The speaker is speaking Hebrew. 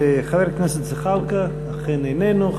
חבר הכנסת זחאלקה, איננו.